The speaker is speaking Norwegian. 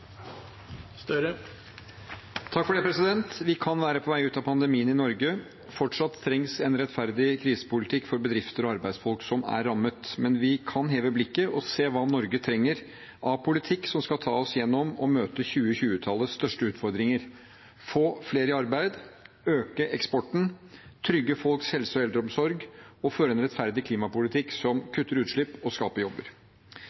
rammet, men vi kan heve blikket og se hva Norge trenger av politikk som skal ta oss gjennom og møte 2020-tallets største utfordringer: få flere i arbeid, øke eksporten, trygge folks helse og eldreomsorg og føre en rettferdig klimapolitikk som kutter utslipp og skaper jobber.